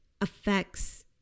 affects